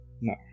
no